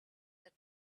said